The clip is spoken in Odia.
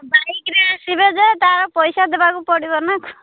ବାଇକ୍ରେ ଆସିବେ ଯେ ତା'ର ପଇସା ଦେବାକୁ ପଡ଼ିବ ନା